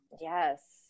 Yes